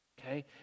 okay